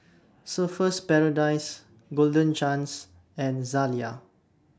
Surfer's Paradise Golden Chance and Zalia